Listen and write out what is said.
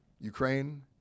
Ukraine